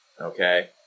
okay